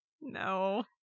No